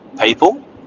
people